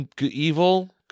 evil